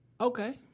Okay